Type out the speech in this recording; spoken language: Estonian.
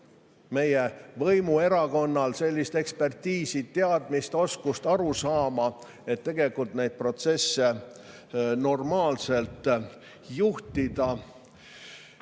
meie võimuerakonnal sellist ekspertiisi, teadmist, oskust, arusaama, et neid protsesse normaalselt juhtida.